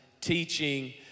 teaching